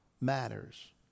matters